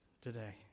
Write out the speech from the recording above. today